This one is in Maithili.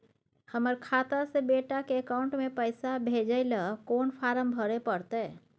हमर खाता से बेटा के अकाउंट में पैसा भेजै ल कोन फारम भरै परतै?